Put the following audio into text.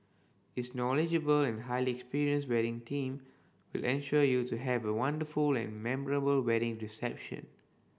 its knowledgeable and highly experienced wedding team will ensure you to have a wonderful and memorable wedding reception